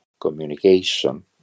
communication